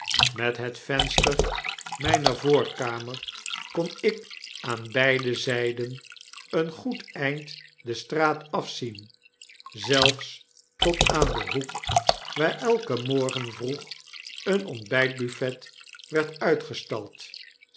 met het venster myner voorkamer kon ik aan beide zyden een goed eind de straat afzien zelfs tot aan den hoek waar elken morgen vroeg een ontbytbuffet werd uitgestald